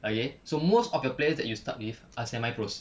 okay so most of your players that you start with are semi-pro